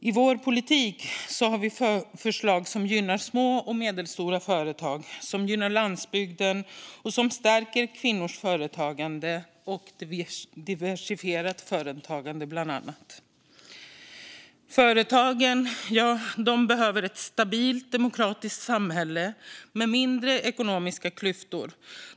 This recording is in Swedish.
I vår politik har vi förslag som gynnar små och medelstora företag, som gynnar landsbygden och som stärker kvinnors företagande och bland annat diversifierat företagande. Företagen behöver ett stabilt demokratiskt samhälle med mindre ekonomiska klyftor.